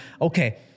okay